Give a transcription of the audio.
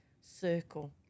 circle